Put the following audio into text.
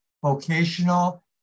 vocational